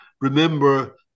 remember